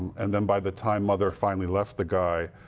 and then by the time mother finally left the guy,